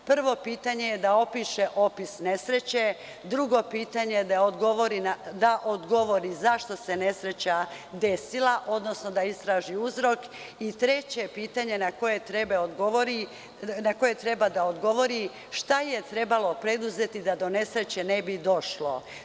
Prvo pitanje da opiše opis nesreće, drugo pitanje da odgovori zašto se nesreća desila, odnosno da istraži uzrok, i treće pitanje na koje treba da odgovori jeste - šta je trebalo preduzeti da do nesreće ne bi došlo?